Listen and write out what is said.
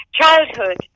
childhood